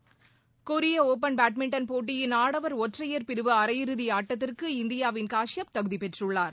விளையாட்டுச் செய்திகள் கொரிய ஒபன் பேட்மிண்டன் போட்டியின் ஆடவர் ஒற்றையர் பிரிவு அரையிறுதி ஆட்டத்திற்கு இந்தியாவின் காஷியப் தகுதி பெற்றுள்ளார்